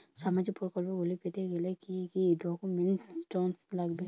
সামাজিক প্রকল্পগুলি পেতে গেলে কি কি ডকুমেন্টস লাগবে?